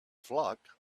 flock